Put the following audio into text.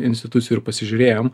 institucijų ir pasižiūrėjom